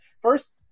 First